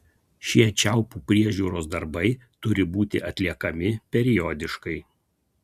šie čiaupų priežiūros darbai turi būti atliekami periodiškai